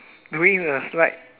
doing a slide